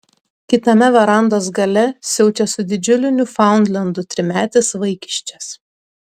kitame verandos gale siaučia su didžiuliu niufaundlendu trimetis vaikiščias